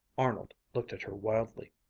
arnold looked at her wildly.